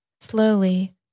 Slowly